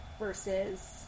Versus